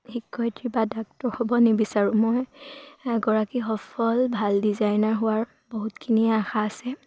শিক্ষয়িত্ৰী বা ডাক্তৰ হ'ব নিবিচাৰোঁ মই গৰাকী সফল ভাল ডিজাইনাৰ হোৱাৰ বহুতখিনিয়ে আশা আছে